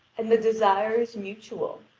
and the desire is mutual.